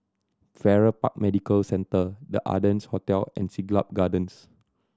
Farrer Park Medical Centre The Ardennes Hotel and Siglap Gardens